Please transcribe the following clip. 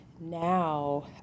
now